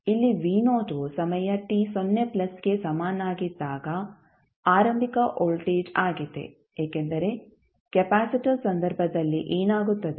ಇಲ್ಲಿ ವು ಸಮಯ t ಸೊನ್ನೆ ಪ್ಲಸ್ಗೆ ಸಮನಾಗಿದ್ದಾಗ ಆರಂಭಿಕ ವೋಲ್ಟೇಜ್ ಆಗಿದೆ ಏಕೆಂದರೆ ಕೆಪಾಸಿಟರ್ ಸಂದರ್ಭದಲ್ಲಿ ಏನಾಗುತ್ತದೆ